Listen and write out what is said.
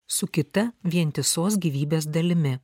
su kita vientisos gyvybės dalimi